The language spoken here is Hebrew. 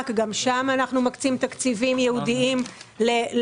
כאשר גם שם אנחנו מקצים תקציבים ייעודיים לתופעה.